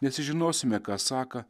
nes žinosime ką saką